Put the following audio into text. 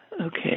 Okay